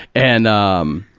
and, um,